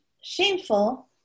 shameful